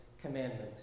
commandment